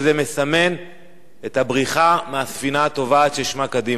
שזה מסמן את הבריחה מהספינה הטובעת ששמה קדימה.